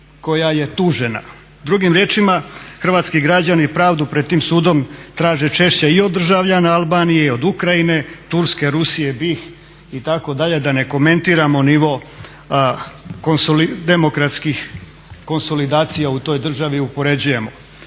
koja je tužena. Drugim riječima, hrvatski građani pravdu pred tim sudom traže češće i od državljana Albanije, Turske, Ukrajine, BiH itd. da ne komentiramo nivo demokratskih konsolidacija u toj državi i upoređujemo.